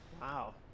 Wow